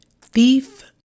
thief